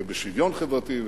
ובשוויון חברתי,